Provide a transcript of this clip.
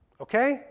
okay